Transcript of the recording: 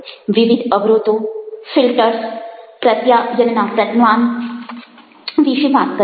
વિવિધ અવરોધો ફિલ્ટર્સ પ્રત્યાયનના પ્રતિમાન વિશે વાત કરી